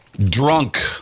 Drunk